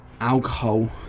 Alcohol